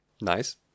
Nice